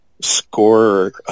scorer